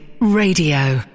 Radio